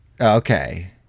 Okay